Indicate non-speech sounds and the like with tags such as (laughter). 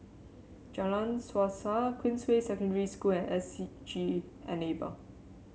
Jalan Suasa Queensway Secondary School and S (unintelligible) G Enable